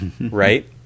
Right